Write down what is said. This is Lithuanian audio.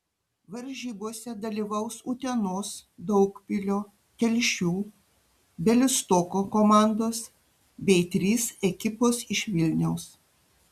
varžybose dalyvaus utenos daugpilio telšių bialystoko komandos bei trys ekipos iš vilniaus